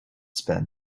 spend